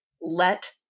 Let